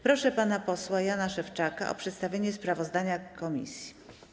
Proszę pana posła Jana Szewczaka o przedstawienie sprawozdania komisji.